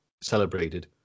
celebrated